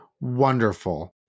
wonderful